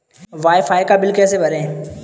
Wi fi का bill कैसे भरें?